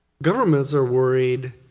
governments are worried